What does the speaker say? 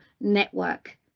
network